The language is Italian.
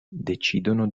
decidono